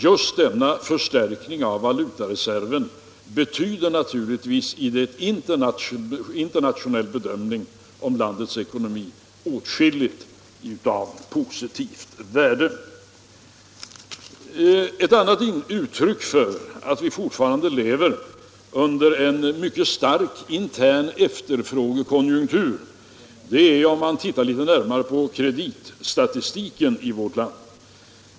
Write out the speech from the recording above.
Just denna förstärkning av valutareserven har naturligtvis, i en internationell bedömning av landets ekonomi, åtskilligt av positivt värde. Ett annat uttryck för att vi fortfarande lever under en mycket stark intern efterfrågan finner man om man tittar litet närmare på kreditstatistiken i vårt land.